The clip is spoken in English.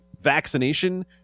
vaccination